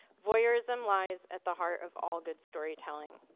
voyeurism lies at the heart of all good storytelling.